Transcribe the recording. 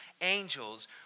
angels